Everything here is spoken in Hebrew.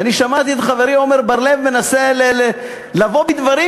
ואני שמעתי את חברי עמר בר-לב מנסה לבוא בדברים,